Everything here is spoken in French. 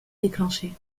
déclenché